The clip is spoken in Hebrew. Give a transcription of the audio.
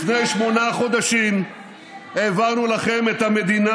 לפני שמונה חודשים העברנו לכם את המדינה